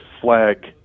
flag